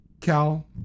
cal